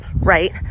right